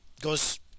Goes